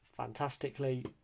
Fantastically